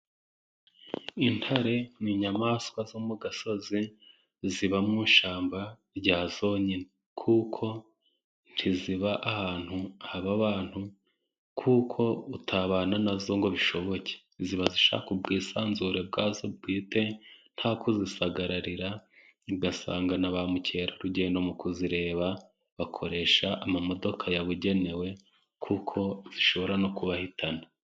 Intare ni inyamaswa zo mu gasozi ziba mu ishyamba rya zonyine, kuko ntiziba ahantu haba abantu, kuko utabana nazo ngo bishoboke, ziba zishaka ubwisanzure bwazo bwite nta kuzisagararira, ugasanga na ba mukerarugendo mu kuzireba bakoresha amamodoka yabugenewe kuko zishobora no kubahitana.